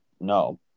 no